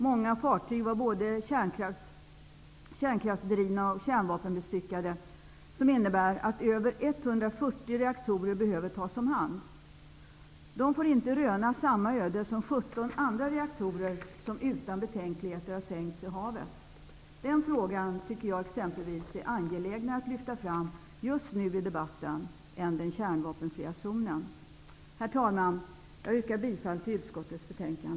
Många fartyg var både kärnkraftsdrivna och kärnvapenbestyckade, vilket innebär att över 140 reaktorer behöver tas om hand. De får inte röna samma öde som 17 andra reaktorer som utan betänkligheter har sänkts i havet. Denna fråga tycker jag är mer angelägen att lyfta fram i debatten än frågan om en nordisk kärnvapenfri zon. Herr talman! Jag yrkar bifall till utskottets hemställan.